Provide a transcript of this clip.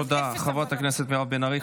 תודה, חברת הכנסת מירב בן ארי.